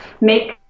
make